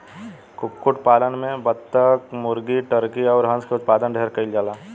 कुक्कुट पालन में बतक, मुर्गी, टर्की अउर हंस के उत्पादन ढेरे कईल जाला